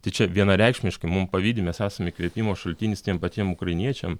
tai čia vienareikšmiškai mum pavydi mes esam įkvėpimo šaltinis tiem patiem ukrainiečiam